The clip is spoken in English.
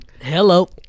Hello